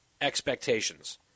expectations